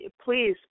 please